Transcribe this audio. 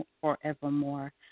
forevermore